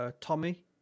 Tommy